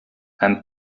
and